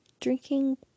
drinking